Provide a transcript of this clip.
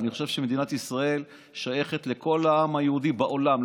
אני חושב שמדינת ישראל שייכת לכל העם היהודי בעולם,